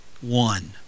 one